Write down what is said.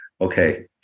okay